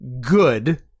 good